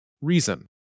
reason